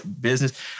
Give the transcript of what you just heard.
business